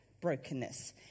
brokenness